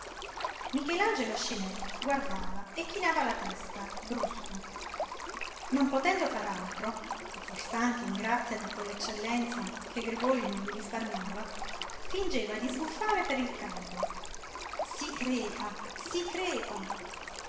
michelangelo scinè guardava e chinava la testa brusco non potendo far altro o fors'anche in grazia di quell'eccellenza che grigòli non gli risparmiava fingeva di sbuffare per il caldo si crepa si crepa